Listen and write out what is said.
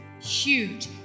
huge